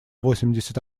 восемьдесят